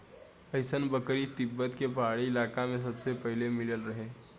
अइसन बकरी तिब्बत के पहाड़ी इलाका में सबसे पहिले मिलल रहे